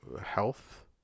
health